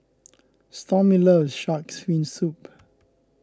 Stormy loves Shark's Fin Soup